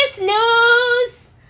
news